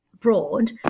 broad